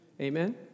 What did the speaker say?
amen